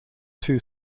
two